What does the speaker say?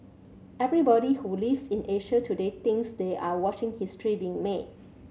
everybody who lives in Asia today thinks they are watching history being made